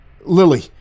lily